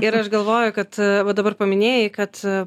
ir aš galvoju kad va dabar paminėjai kad